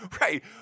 Right